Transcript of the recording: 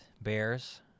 Bears